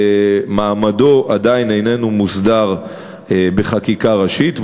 מעמדו עדיין איננו מוסדר בחקיקה ראשית,